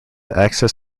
access